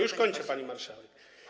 Już kończę, pani marszałek.